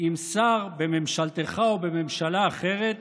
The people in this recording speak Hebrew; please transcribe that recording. אם שר בממשלתך או בממשלה אחרת